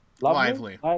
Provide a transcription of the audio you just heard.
lively